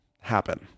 happen